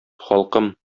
халкым